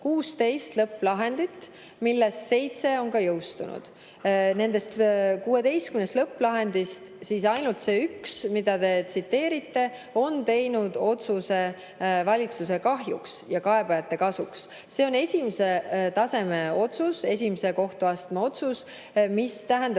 16 lõpplahendit, millest seitse on ka jõustunud. Nendest 16 lõpplahendist ainult see üks, mida te tsiteerite, on tehtud valitsuse kahjuks ja kaebajate kasuks. See on esimese taseme otsus, esimese kohtuastme otsus, mis tähendab,